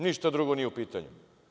Ništa drugo nije u pitanju.